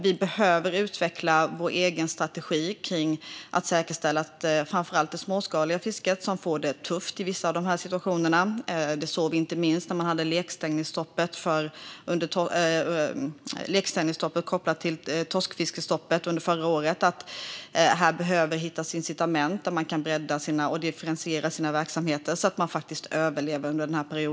Vi behöver utveckla vår egen strategi för att säkerställa framför allt det småskaliga fisket, som får det tufft i vissa av dessa situationer. Det såg vi inte minst vid lekstängningsstoppet kopplat till torskfiskestoppet förra året. Här behövs det incitament för att bredda och differentiera sina verksamheter så att man faktiskt överlever.